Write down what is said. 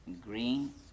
green